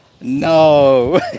No